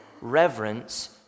reverence